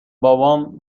بابام